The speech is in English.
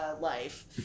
life